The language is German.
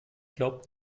glaubt